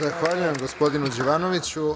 Zahvaljujem gospodinu Đivanoviću.